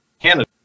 Canada